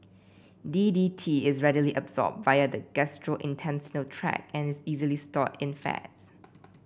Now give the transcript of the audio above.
D D T is readily absorbed via the gastrointestinal tract and is easily stored in fats